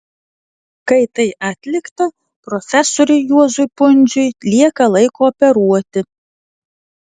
kai tai atlikta profesoriui juozui pundziui lieka laiko operuoti